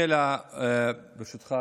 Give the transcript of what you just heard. ברשותך,